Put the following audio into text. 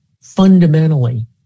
fundamentally